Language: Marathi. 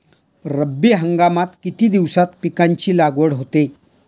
रब्बी हंगामात किती दिवसांत पिकांची लागवड होते?